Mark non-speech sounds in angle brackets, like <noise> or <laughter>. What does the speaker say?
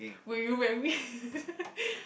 will you marry me <laughs>